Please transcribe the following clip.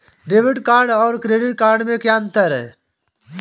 Debit card और credit card में क्या अंतर है?